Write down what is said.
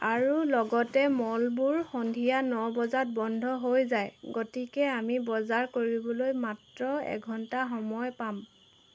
আৰু লগতে মলবোৰ সন্ধিয়া ন বজাত বন্ধ হৈ যায় গতিকে আমি বজাৰ কৰিবলৈ মাত্ৰ এক ঘণ্টা সময় পাম